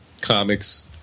Comics